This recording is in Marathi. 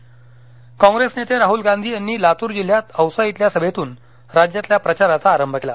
गांधी लातर काँप्रेस नेते राहल गांधी यांना लातूर जिल्ह्यात औसा इथल्या सभेतून राज्यातील प्रचाराचा आरंभ केला